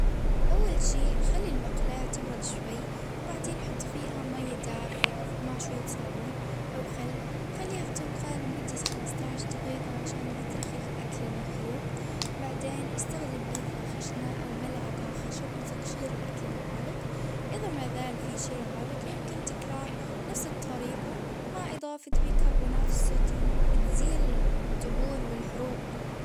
أول شي خلي المقلاة تبرد شوي، وبعدين حط فيها مي دافية، مع شوية صابون ،أو خل وخليها تنقع لمدة خمسة عشر دقيقة، عشان يطرخ الأكل المحروق ،بعدين إستخدم ليفة خشنة أو ملعقة خشب لتقشير الأكل العالق، إذا ما زال في شي عالق يمكن تكرار نفس الطريقة، مع إضافة بيكربونات الصوديوم، بتزيل الدهون والحروق.